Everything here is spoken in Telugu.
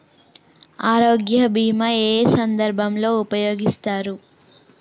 ఆరోగ్య బీమా ఏ ఏ సందర్భంలో ఉపయోగిస్తారు?